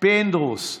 ויצחק פינדרוס,